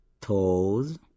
toes